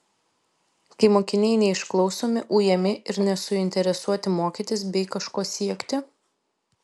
kai mokiniai neišklausomi ujami ir nesuinteresuoti mokytis bei kažko siekti